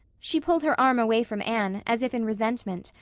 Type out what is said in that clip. she pulled her arm away from anne, as if in resentment,